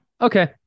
Okay